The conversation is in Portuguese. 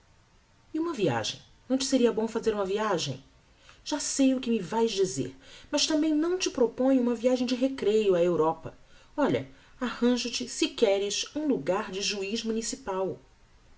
e uma viagem não te seria bom fazer uma viagem já sei o que me vás dizer mas tambem não te proponho uma viagem de recreio á europa olha arranjo te se queres um logar de juiz municipal